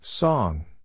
Song